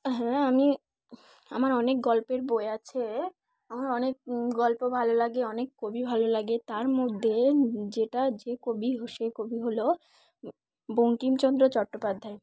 হ্যাঁ আমি আমার অনেক গল্পের বই আছে আমার অনেক গল্প ভালো লাগে অনেক কবি ভালো লাগে তার মধ্যে যেটা যে কবি সে কবি হলো বঙ্কিমচন্দ্র চট্টোপাধ্যায়